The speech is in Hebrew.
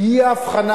האי-הבחנה